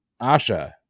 Asha